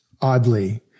oddly